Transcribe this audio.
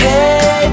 Hey